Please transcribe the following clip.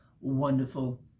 wonderful